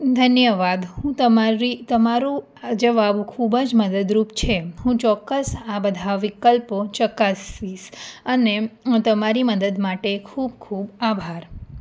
ધન્યવાદ હું તમારી તમારું આ જવાબ ખુબ જ મદદરૂપ છે હું ચોક્કસ આ બધા વિકલ્પો ચકાસીસ અને તમારી મદદ માટે ખૂબ ખૂબ આભાર